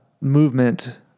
movement